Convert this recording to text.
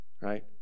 right